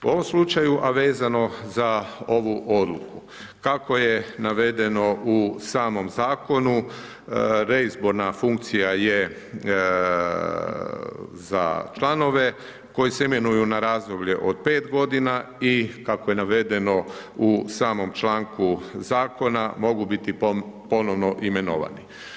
U ovom slučaju, a vezano za ovu Odluku kako je navedeno u samom Zakonu, reizborna funkcija je za članove koji se imenuju na razdoblje od pet godina i kako je navedeno u samom članku Zakona, mogu biti ponovno imenovani.